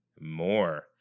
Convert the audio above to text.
more